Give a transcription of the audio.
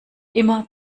immer